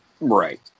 Right